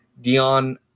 Dion